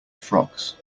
frocks